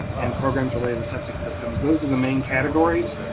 and programs related to septic systems. those are the main categories.